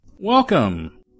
Welcome